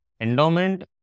Endowment